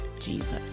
Jesus